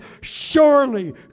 surely